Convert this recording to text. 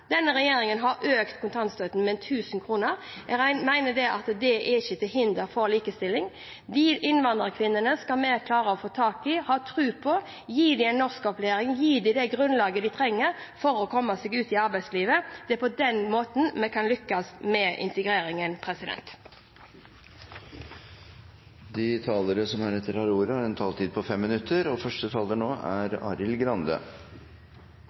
Denne regjeringen har økt kontantstøtten med 1 000 kr. Jeg mener at det ikke er til hinder for likestilling. De innvandrerkvinnene skal vi klare å få tak i, ha tro på, gi dem norskopplæring, gi dem det grunnlaget de trenger for å komme seg ut i arbeidslivet. Det er på den måten vi kan lykkes med integreringen. Først vil jeg gi honnør til Helga Pedersen for å reise en